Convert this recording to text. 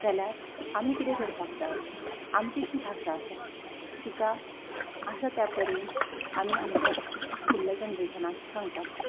जाल्यार आमी किदें करपाक जाय आमची जी भाशा आसा तिका आसा त्या परेन आमी आमच्या फुडल्या जनरेशनाक सांगपाक जाय